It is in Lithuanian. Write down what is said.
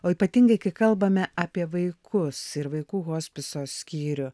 o ypatingai kai kalbame apie vaikus ir vaikų hospiso skyrių